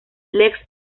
les